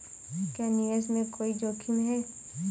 क्या निवेश में कोई जोखिम है?